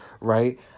right